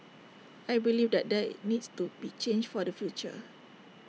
I believe that there needs to be change for the future